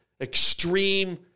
extreme